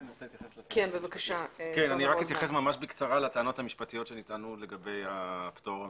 אתייחס בקצרה לטענות המשפטיות שנטענו בעניין הפטור ממכרז.